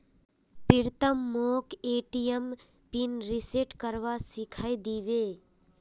प्रीतम मोक ATM pin reset करवा सिखइ दी बे